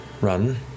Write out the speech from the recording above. run